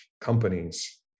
companies